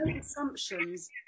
assumptions